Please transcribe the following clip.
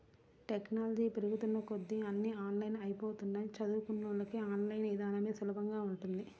technology పెరుగుతున్న కొద్దీ అన్నీ ఆన్లైన్ అయ్యిపోతన్నయ్, చదువుకున్నోళ్ళకి ఆన్ లైన్ ఇదానమే సులభంగా ఉంటది